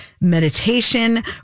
meditation